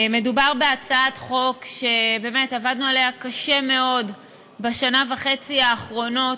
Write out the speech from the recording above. מדובר בהצעת חוק שבאמת עבדנו עליה קשה מאוד בשנה וחצי האחרונות,